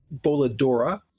boladora